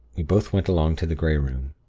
we both went along to the grey room.